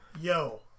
yo